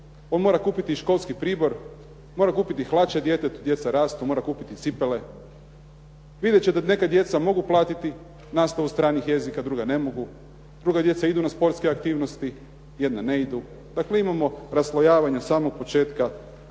on mora kupiti školski pribor, mora kupiti hlače djetetu, djeca rastu, mora kupiti cipele. Vidjet ćete da neka djeca mogu platiti nastavu stranih jezika, druga ne mogu. Druga djeca idu na sportske aktivnosti, jedna ne idu. Dakle imamo raslojavanje od samog početka